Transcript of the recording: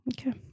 Okay